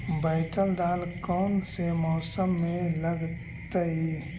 बैतल दाल कौन से मौसम में लगतैई?